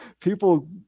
People